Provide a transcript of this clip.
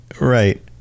right